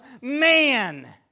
man